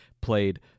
played